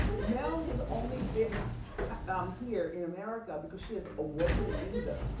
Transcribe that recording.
mel has only been um here in america because she has a working visa.